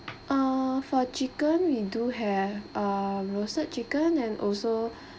uh for chicken we do have uh roasted chicken and also